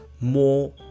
more